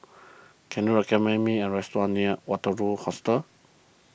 can you recommend me a restaurant near Waterloo Hostel